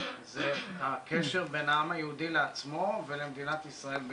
זה הקשר בין העם היהודי לעצמו ולמדינת ישראל.